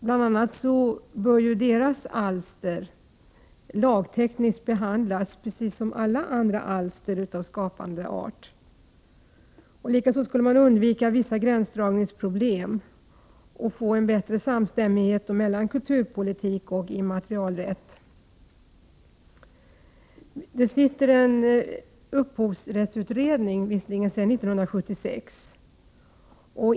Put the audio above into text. Bl.a. bör deras alster lagtekniskt behandlas precis som alla andra alster av skapande verksamhet. Likaså skulle vissa gränsdragningsproblem undvikas och samstämmigheten mellan kulturpolitik och immaterialrätt bli bättre. En upphovsrättsutredning pågår visserligen sedan 1976.